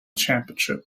championship